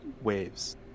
waves